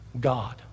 God